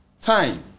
time